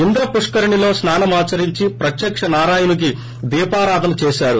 ఇంద్ర పుష్కరిణిలో స్పానమాచరించి ప్రత్యక్కినారాయణునికి దీపారాధన చేశారు